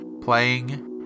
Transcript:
playing